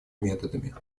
методами